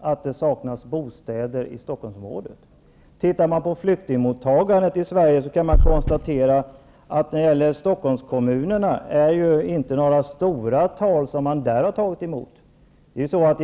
att det saknas bostäder i Stockholmsområdet? Ser man på flyktingmottagandet i Sverige, kan man konstatera att Stockholmskommunerna inte har tagit emot så många.